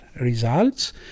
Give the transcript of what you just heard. results